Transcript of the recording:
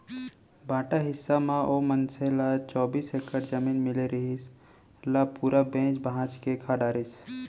बांटा हिस्सा म ओ मनसे ल चौबीस एकड़ जमीन मिले रिहिस, ल पूरा बेंच भांज के खा डरिस